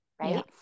right